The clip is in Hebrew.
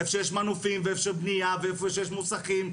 איפה שיש מנופים ואיפה שיש בנייה ואיפה שיש מוסכים,